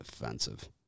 offensive